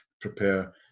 prepare